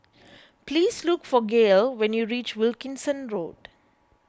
please look for Gayle when you reach Wilkinson Road